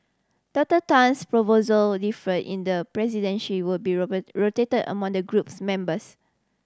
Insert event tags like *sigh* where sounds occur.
Doctor Tan's proposal differ in the presidency will be *unintelligible* rotated among the group's members